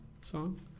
song